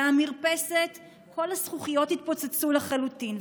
ובמרפסת כל הזכוכיות התפוצצו לחלוטין,